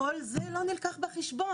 כל זה לא נלקח בחשבון.